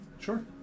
Sure